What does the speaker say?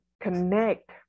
connect